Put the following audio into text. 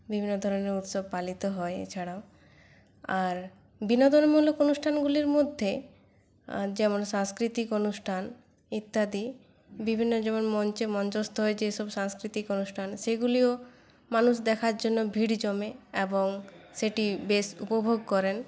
বিভিন্ন ধরনের উৎসব পালিত হয় এছাড়াও আর বিনোদনমূলক অনুষ্ঠানগুলির মধ্যে যেমন সাংস্কৃতিক অনুষ্ঠান ইত্যাদি বিভিন্ন যেমন মঞ্চে মঞ্চস্থ হয়ে যেসব সাংস্কৃতিক অনুষ্ঠান সেগুলিও মানুষ দেখার জন্য মানুষ ভিড় জমে এবং সেটি বেশ উপভোগ করেন